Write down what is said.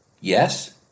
Yes